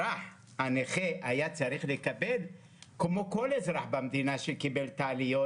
שהנכה היה צריך לקבל כמו כל אזרח במדינה שקיבל את העליות